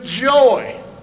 joy